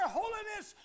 holiness